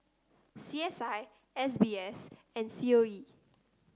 C S I S B S and C O E